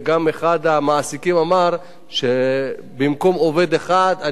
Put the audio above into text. אחד המעסיקים אמר שבמקום עובד אחד הוא